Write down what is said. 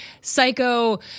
psycho